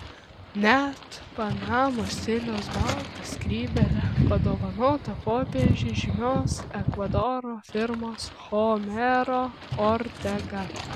net panamos stiliaus balta skrybėlė padovanota popiežiui žymios ekvadoro firmos homero ortega